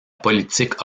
politique